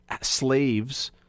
slaves